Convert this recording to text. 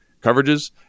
coverages